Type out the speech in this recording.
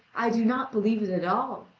i do not believe it at all,